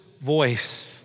voice